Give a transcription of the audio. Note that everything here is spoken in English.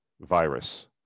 virus